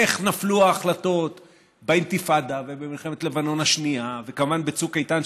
איך נפלו ההחלטות באינתיפאדה ובמלחמת לבנון השנייה וכמובן בצוק איתן,